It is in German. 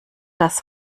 das